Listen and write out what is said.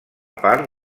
part